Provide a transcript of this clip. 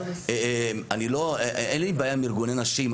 אין לי בעיה עם ארגוני נשים.